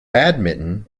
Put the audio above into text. badminton